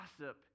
Gossip